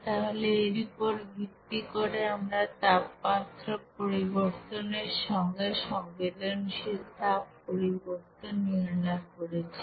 তাহলে এর উপর ভিত্তি করে আমরা তাপমাত্রা পরিবর্তনের সঙ্গে সংবেদনশীল তাপ পরিবর্তন নির্ণয় করেছি